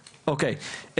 אוקי.